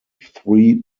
three